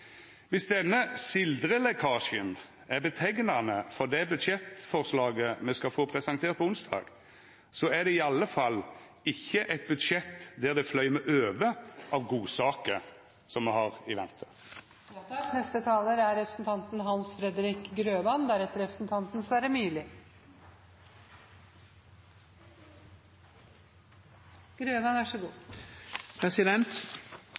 Viss denne sildrelekkasjen er karakteriserande for det budsjettforslaget me skal få presentert på onsdag, så er det i alle fall ikkje eit budsjett der det fløymer over av godsaker som me har i vente. I trontalen presenterer regjeringen en ny satsing på vei, jernbane og kollektiv, og spesielt er